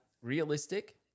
Realistic